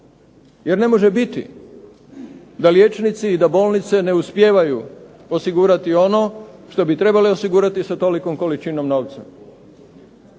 jer ne može biti da liječnici i da bolnice ne uspijevaju osigurati ono što bi trebale osigurati sa tolikom količinom novca.